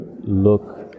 look